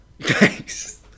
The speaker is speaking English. Thanks